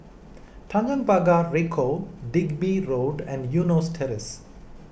Tanjong Pagar Ricoh Digby Road and Eunos Terrace